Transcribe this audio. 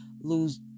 lose